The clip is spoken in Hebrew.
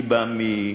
אני בא מעוטף-עזה,